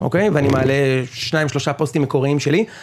אוקיי? ואני מעלה שניים שלושה פוסטים מקוריים שלי.